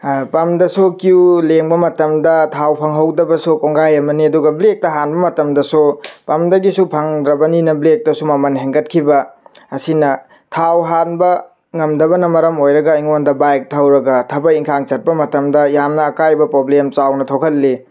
ꯄꯝꯗꯁꯨ queue ꯂꯦꯡꯕ ꯃꯇꯝꯗ ꯊꯥꯎ ꯐꯪꯍꯧꯗꯕꯁꯨ ꯀꯣꯡꯒꯥꯏ ꯑꯃꯅꯤ ꯑꯗꯨꯒ ꯕ꯭ꯂꯦꯛꯇ ꯍꯥꯟꯕ ꯃꯇꯝꯗꯁꯨ ꯄꯝꯗꯒꯤꯁꯨ ꯐꯪꯗ꯭ꯔꯕꯅꯤꯅ ꯕ꯭ꯂꯦꯛꯇꯁꯨ ꯃꯃꯟ ꯍꯦꯟꯒꯠꯈꯤꯕ ꯑꯁꯤꯅ ꯊꯥꯎ ꯍꯥꯟꯕ ꯉꯝꯗꯕꯅ ꯃꯔꯝ ꯑꯣꯏꯔꯒ ꯑꯩꯉꯣꯟꯗ ꯕꯥꯏꯛ ꯊꯧꯔꯒ ꯊꯕꯛ ꯏꯪꯈꯥꯡ ꯆꯠꯄ ꯃꯇꯝꯗ ꯌꯥꯝꯅ ꯑꯀꯥꯏꯕ ꯄ꯭ꯔꯣꯕ꯭ꯂꯦꯝ ꯆꯥꯎꯅ ꯊꯣꯛꯍꯜꯂꯤ